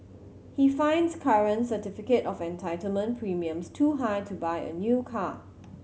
he finds current certificate of entitlement premiums too high to buy a new car